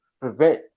prevent